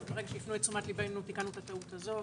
רק הפנו את תשומת ליבנו ותיקנו את הטעות הזאת.